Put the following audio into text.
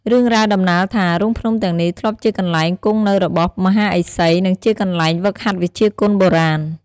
រឿងរ៉ាវដំណាលថា រូងភ្នំទាំងនេះធ្លាប់ជាកន្លែងគង់នៅរបស់មហាឥសី និងជាកន្លែងហ្វឹកហាត់វិជ្ជាគុនបុរាណ។